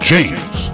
James